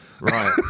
Right